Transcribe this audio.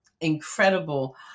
incredible